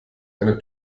eine